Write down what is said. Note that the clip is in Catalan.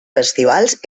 festivals